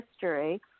history